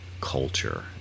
culture